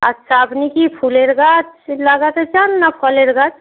আচ্ছা আপনি কি ফুলের গাছ লাগাতে চান না ফলের গাছ